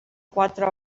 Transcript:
quatre